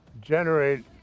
generate